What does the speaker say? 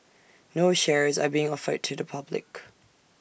no shares are being offered to the public